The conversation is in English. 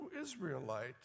Israelite